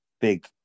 big